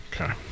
Okay